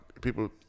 people